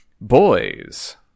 Boys